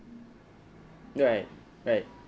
right right